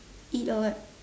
eat or what